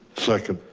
second.